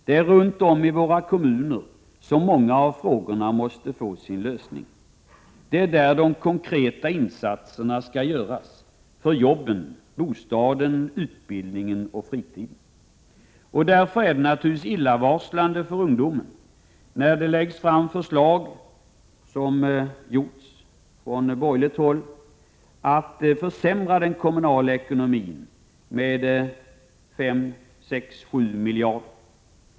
Det är runt om i våra kommuner som många av frågorna måste få sin lösning. Det är där de konkreta insatserna skall göras — för jobben, bostäderna, utbildningen och fritiden. Därför är det naturligtvis illavarslande för ungdomen när det från borgerligt håll läggs fram förslag som innebär en försämring av den kommunala ekonomin med 5, 6 eller 7 miljarder.